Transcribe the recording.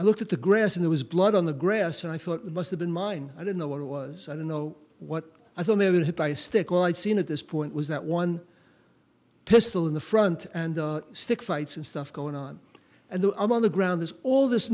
i looked at the grass and there was blood on the grass and i thought it must have been mine i don't know what i was i don't know what i thought maybe hit by a stick all i'd seen at this point was that one pistol in the front and stick fights and stuff going on and the um on the ground there's all this